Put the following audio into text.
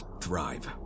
Thrive